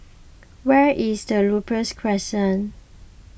where is Ripley Crescent